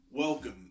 Welcome